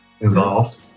involved